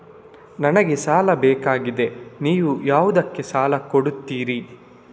ನನಗೆ ಸಾಲ ಬೇಕಾಗಿದೆ, ನೀವು ಯಾವುದಕ್ಕೆ ಸಾಲ ಕೊಡ್ತೀರಿ?